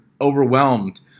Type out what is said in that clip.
overwhelmed